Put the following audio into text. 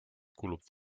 kulub